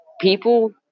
people